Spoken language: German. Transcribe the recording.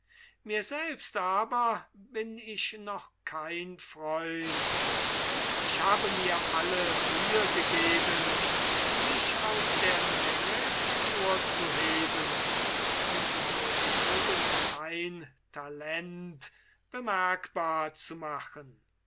mir selbst bin ich noch kein freund ich habe mir alle mühe gegeben mich aus der menge hervorzuheben und durch irgend ein talent bemerkbar zu machen